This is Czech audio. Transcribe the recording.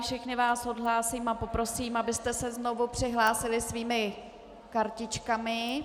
Všechny vás odhlásím a poprosím, abyste se znovu přihlásili svými kartičkami.